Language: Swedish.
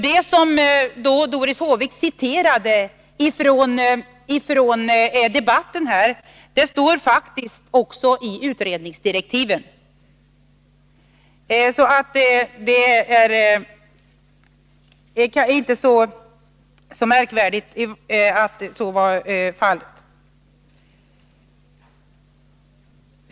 Det Doris Håvik citerade från debatten här står faktiskt också i utredningsdirektiven. Så det var inte så märkvärdigt med den saken.